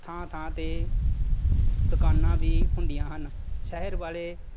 ਥਾਂ ਥਾਂ 'ਤੇ ਦੁਕਾਨਾਂ ਵੀ ਹੁੰਦੀਆਂ ਹਨ ਸ਼ਹਿਰ ਵਾਲੇ